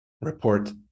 Report